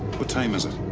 what time is it?